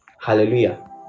Hallelujah